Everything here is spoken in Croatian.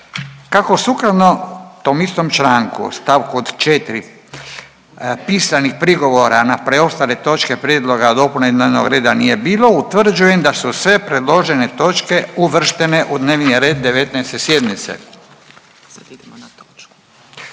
Kako sukladno tom istom članku u st. 4. pisanih prigovora na preostale točke prijedloga dopune iz dnevnog reda nije bilo, utvrđujem da su sve predložene točke uvrštene u dnevni red 19. sjednice.